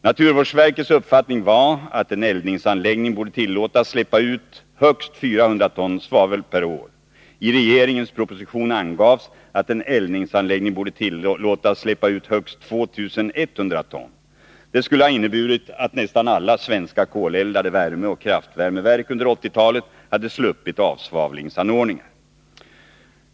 Naturvårdsverkets uppfattning var att en eldningsanläggning borde tillåtas släppa ut högst 400 ton svavel per år. I regeringens proposition angavs att en eldningsanläggning borde tillåtas släppa ut 2 100 ton. Det skulle ha inneburit att nästan alla svenska koleldade värmeoch kraftvärmeverk under 1980-talet hade sluppit avsvavlingsanordningar.